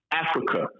Africa